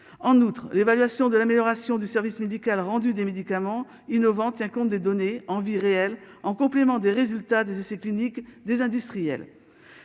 en outre, l'évaluation de l'amélioration du service médical rendu des médicaments innovants tient compte des données envie réelle en complément des résultats des essais cliniques, des industriels,